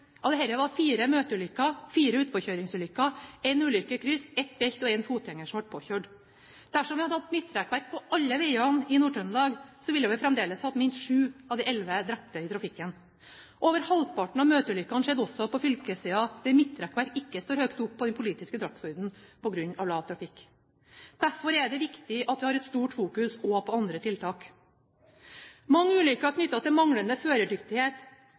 Av disse var fire møteulykker, fire utforkjøringsulykker, en ulykke i kryss, en velt og en fotgjenger som ble påkjørt. Dersom vi hadde hatt midtrekkverk på alle veiene i Nord-Trøndelag, ville vi fremdeles hatt minst sju av de elleve drepte i trafikken. Over halvparten av møteulykkene skjedde også på fylkesveier der midtrekkverk ikke står høyt oppe på den politiske dagsordenen, på grunn av lav trafikk. Derfor er det viktig at vi har et stort fokus også på andre tiltak. Mange ulykker er knyttet til manglende førerdyktighet,